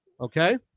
Okay